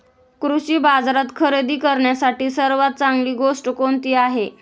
कृषी बाजारात खरेदी करण्यासाठी सर्वात चांगली गोष्ट कोणती आहे?